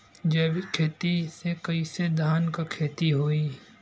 जैविक खेती से कईसे धान क खेती होई?